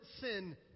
sin